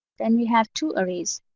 then we have two arrays,